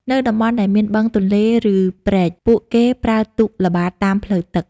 នៅតំបន់ដែលមានបឹង ទន្លេ ឬព្រែក ពួកគេប្រើទូកល្បាតតាមផ្លូវទឹក។